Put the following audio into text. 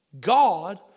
God